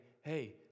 Hey